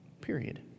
period